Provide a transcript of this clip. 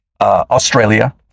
australia